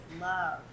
love